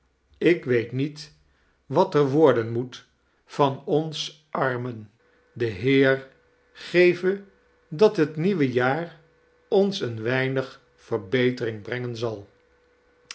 ik weet niet wat er worden moet van ons armen de heer geve dat het nieuwe jaar ons een weinig verbetering brengen zal